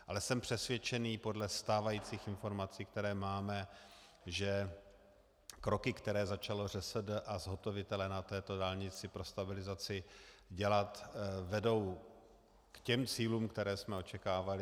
Ale jsem přesvědčený podle stávajících informací, které máme, že kroky, které začalo ŘSD a zhotovitelé na této dálnici pro stabilizaci dělat, vedou k těm cílům, které jsme očekávali.